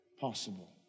possible